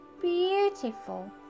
beautiful